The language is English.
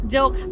Joke